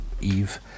Eve